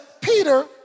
Peter